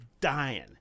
dying